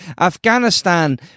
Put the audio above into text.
Afghanistan